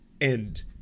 end